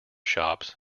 shops